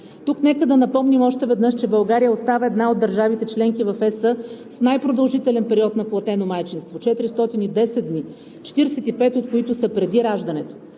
Тук нека да напомним още веднъж, че България остава една от държавите – членки в Европейския съюз, с най-продължителен период на платено майчинство – 410 дни, 45 от които са преди раждането.